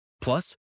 Plus